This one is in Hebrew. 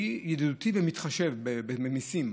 שהוא ידידותי ומתחשב במיסים.